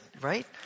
right